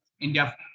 India